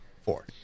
Four